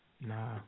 Nah